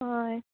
हय